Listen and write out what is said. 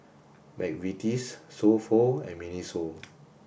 McVitie's So Pho and Miniso